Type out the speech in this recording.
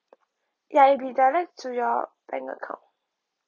ya it'll be direct to your bank account